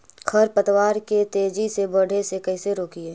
खर पतवार के तेजी से बढ़े से कैसे रोकिअइ?